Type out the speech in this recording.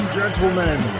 gentlemen